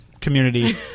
community